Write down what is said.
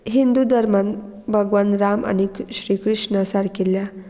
हिंदू धर्मान भगवान राम आनी श्रीकृष्ण सारकिल्ल्या